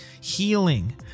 healing